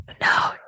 no